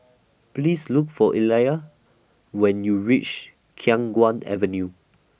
Please Look For Illya when YOU REACH Khiang Guan Avenue